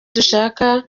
dushaka